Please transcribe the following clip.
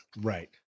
Right